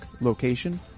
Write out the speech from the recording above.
location